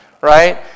Right